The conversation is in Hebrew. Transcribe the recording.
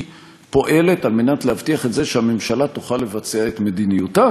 פועלת כדי להבטיח את זה שהממשלה תוכל לבצע את מדיניותה,